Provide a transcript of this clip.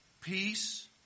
peace